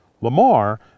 Lamar